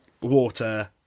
Water